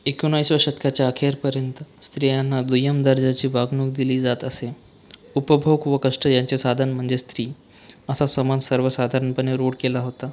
एकोणाविसव्या शतकाच्या अखेरपर्यंत स्त्रियांना दुय्यम दर्जाची वागणूक दिली जात असे उपभोग व कष्ट यांचे साधन म्हणजे स्त्री असा समज सर्वसाधारणपणे रूढ केला होता